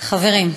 חברים,